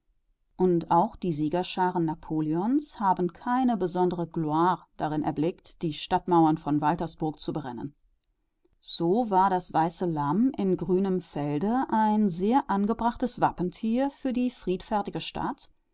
und auch die siegerscharen napoleons haben keine besondere gloire darin erblickt die stadtmauern von waltersburg zu berennen so war das weiße lamm in grünem felde ein sehr angebrachtes wappentier für die friedfertige stadt